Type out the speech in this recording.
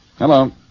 Hello